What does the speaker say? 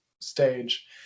stage